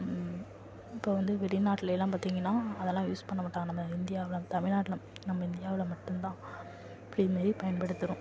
இப்போ வந்து வெளிநாட்லலாம் பார்த்திங்கன்னா அதெல்லாம் யூஸ் பண்ண மாட்டாங்க நம்ம இந்தியாவில் தமிழ்நாட்டில் நம்ம இந்தியாவில் மட்டும் தான் எப்பையும் மாரி பயன்படுத்துறோம்